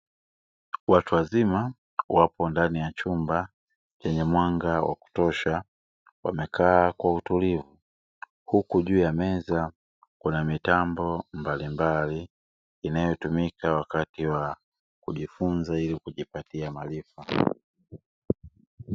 Watu wazima wapo ndani ya chumba chenye mwanga wa kutosha, wamekaa kwa utulivu. Huku juu ya meza kuna mitambo mbalimbali inayotumika wakati wa kujifunza ili kujipatia maarifa.